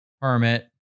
permit